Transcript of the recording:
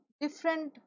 different